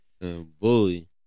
Bully